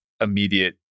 immediate